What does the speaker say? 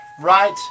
right